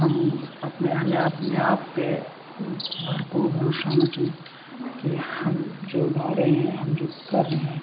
ہم اپنے ہمیں اپنے آپ پہ بھرپور بھروشہ ہونا چاہیے کہ ہم جو گا رہے ہیں ہم جو کر رہے ہیں